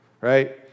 right